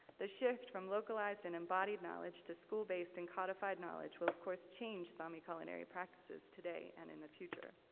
the shift from localized and embodied knowledge to school-based and codified knowledge will of course change sami culinary practices today, and in the future.